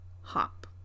hop